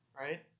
right